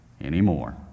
anymore